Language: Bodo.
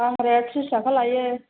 बाहराया थ्रिस थाखा लायो